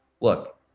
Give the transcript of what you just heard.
look